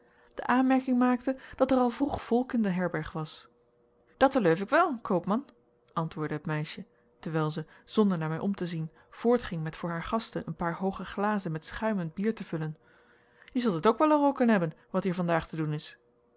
de aanmerking maakte dat er al vroeg volk in de herberg was dat eleuf ik wel koopman antwoordde het meisje terwijl zij zonder naar mij om te zien voortging met voor haar gasten een paar hooge glazen met schuimend bier te vullen je zult het ook wel eroken hebben wat hier van daag te doen is